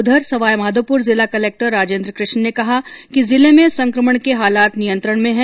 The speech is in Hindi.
उधर सवाईमाधोपुर जिला कलक्टर राजेन्द्र किशन ने कहा कि जिले में संकमण के हालात नियंत्रण में है